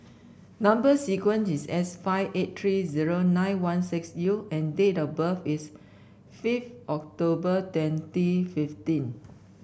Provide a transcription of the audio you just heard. number sequence is S five eight three zero nine one six U and date of birth is fifth October twenty fifteen